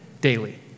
daily